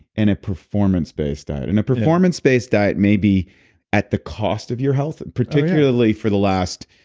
and it performance-based diet. and a performance-based diet may be at the cost of your health and particularly for the last,